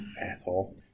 asshole